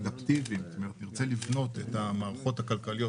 אנחנו נרצה לבנות את המערכות הכלכליות